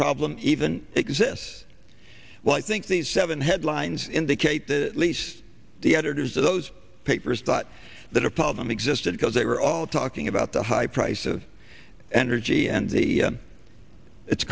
problem even exists well i think these seven headlines indicate that at least the editors of those papers thought that a problem existed because they were all talking about the high price of energy and the